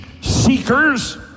seekers